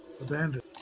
Abandoned